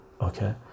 okay